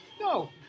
No